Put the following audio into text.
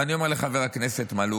ואני אומר לחבר הכנסת מלול: